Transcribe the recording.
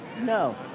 No